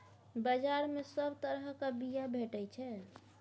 बजार मे सब तरहक बीया भेटै छै